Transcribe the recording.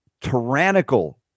tyrannical